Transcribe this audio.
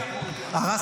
ועדת